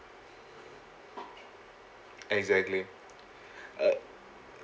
exactly uh